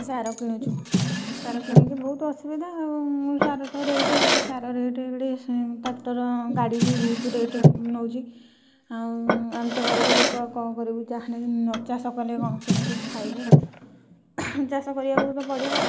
ସାର କିଣୁଛୁ ସାର କିଣିକି ଭଉତୁ ଅସୁବିଧା ସାର ତ ରେଟ ସାର ରେଟ ଏଡ଼େ ଟ୍ରାକ୍ଟର ଗାଡ଼ି ବି ଭଉତୁ ରେଟ ନଉଛି ଆଉ ଆମେ ତ ଗରିବ ଲୋକ ଆଉ କ'ଣ କରିବୁ ଯାହା ହେନେ ବି ନ ଚାଷ କଲେ କ'ଣ କେମିତି ଖାଇବୁ ଚାଷ କରିବାକୁ ତ ପଡ଼ିବ